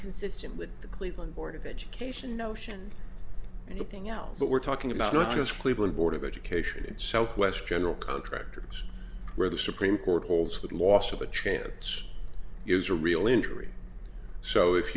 consistent with the cleveland board of education notion and nothing else but we're talking about not just cleveland board of education and southwest general contractors where the supreme court holds that loss of a chance is a real injury so if